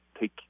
take